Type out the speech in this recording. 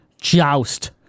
Joust